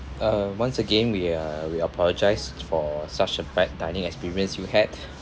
uh once again we uh we apologise for such a bad dining experience you had